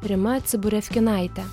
rima ciburevkinaite